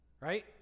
right